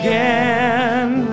Again